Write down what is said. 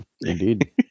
Indeed